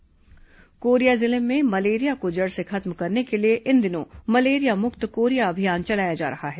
malaria मुक्त अभियान कोरिया जिले में मलेरिया को जड़ से खत्म करने के लिए इन दिनों मलेरिया मुक्त कोरिया अभियान चलाया जा रहा है